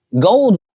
gold